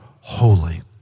holy